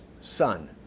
Son